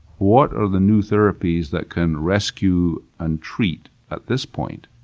what are the new therapies that can rescue and treat at this point?